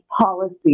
policy